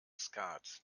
skat